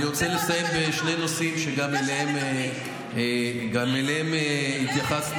אני רוצה לסיים בשני נושאים שגם אליהם התייחסנו.